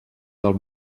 del